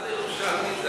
מה זה ירושלמי?